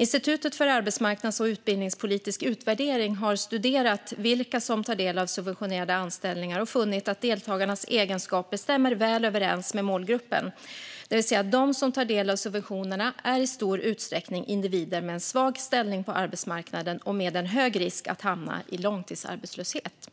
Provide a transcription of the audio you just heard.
Institutet för arbetsmarknads och utbildningspolitisk utvärdering har studerat vilka som tar del av subventionerade anställningar och funnit att deltagarnas egenskaper stämmer väl överens med målgruppen, det vill säga att de som tar del av subventionerna i stor utsträckning är individer med en svag ställning på arbetsmarknaden och med en hög risk att hamna i långtidsarbetslöshet.